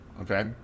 Okay